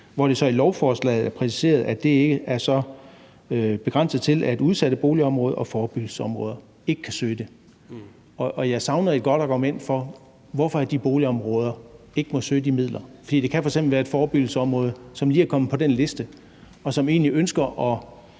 søge. Det er i lovforslaget præciseret, at det er begrænset til, at udsatte boligområder og forebyggelsesområder ikke kan søge det. Jeg savner et godt argument for, hvorfor de boligområder ikke må søge de midler, for det kan f.eks. være et forebyggelsesområde, som lige er kommet på den liste, og som egentlig ønsker at